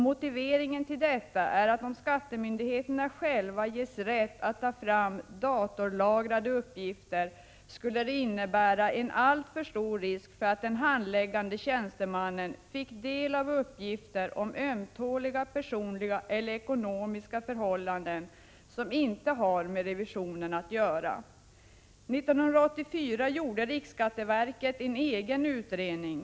Motiveringen till detta är, att om skattemyndigheterna själva ges rätt att ta fram datorlagrade uppgifter, skulle det innebära en alltför stor risk för att den handläggande tjänstemannen fick del av uppgifter om ömtåliga personliga eller ekonomiska förhållanden, som inte har med revisionen att göra. 1984 gjorde riksskatteverket en egen utredning.